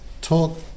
talk